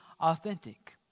authentic